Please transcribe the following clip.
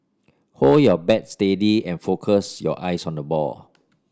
hold your bat steady and focus your eyes on the ball